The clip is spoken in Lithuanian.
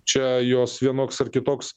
čia jos vienoks ar kitoks